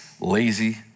lazy